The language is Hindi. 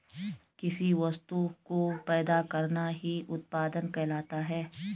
किसी वस्तु को पैदा करना ही उत्पादन कहलाता है